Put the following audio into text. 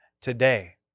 today